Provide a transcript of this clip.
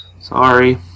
Sorry